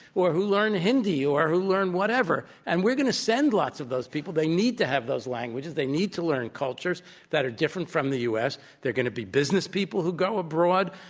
or who learn hindi or who learn whatever. and we're going to send lots of those people. they need to have those languages. they need to learn cultures that are different from the u. s. they're going to be business people who go abroad.